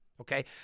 okay